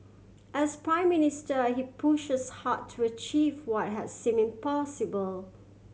as Prime Minister he push us hard to achieve what has seem impossible